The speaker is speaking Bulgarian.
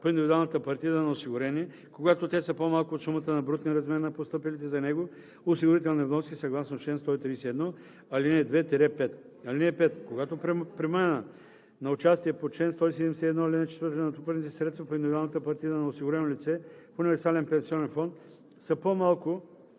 по индивидуалната партида на осигурения, когато те са по-малко от сумата на брутния размер на постъпилите за него осигурителни вноски съгласно чл. 131, ал. 2 – 5. (5) Когато при промяна на участие по чл. 171, ал. 4 натрупаните средства по индивидуалната партида на осигурено лице в универсален пенсионен фонд са по-малко